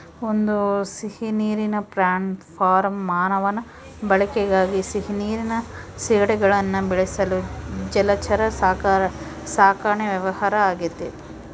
ಒಂದು ಸಿಹಿನೀರಿನ prawn farm ಮಾನವನ ಬಳಕೆಗಾಗಿ ಸಿಹಿನೀರಿನ ಸೀಗಡಿಗುಳ್ನ ಬೆಳೆಸಲು ಜಲಚರ ಸಾಕಣೆ ವ್ಯವಹಾರ ಆಗೆತೆ